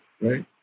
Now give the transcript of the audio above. right